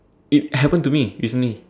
it happen to me with me